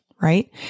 right